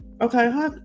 Okay